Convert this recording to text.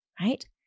right